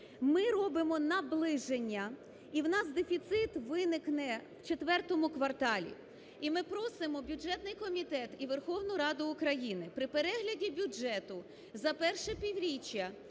Ми робимо наближення і у нас дефіцит виникне в четвертому кварталі. І ми просимо бюджетний комітет і Верховну Раду України при перегляді бюджету за перше півріччя